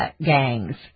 gangs